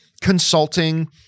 consulting